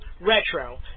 Retro